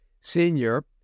senior